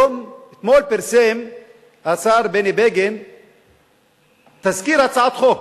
אתמול פרסם השר בני בגין תזכיר הצעת חוק,